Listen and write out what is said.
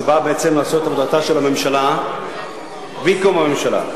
שבאה בעצם לעשות את עבודתה של הממשלה במקום הממשלה.